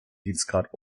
dienstgrad